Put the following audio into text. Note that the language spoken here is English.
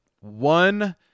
one